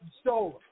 stolen